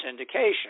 syndication